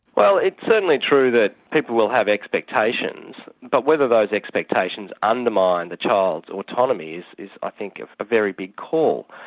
well it's certainly true that people will have expectations but whether those expectations undermine the child's autonomy is is i think a very big call.